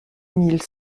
mille